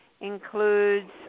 includes